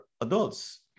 adults